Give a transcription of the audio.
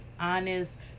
honest